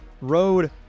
road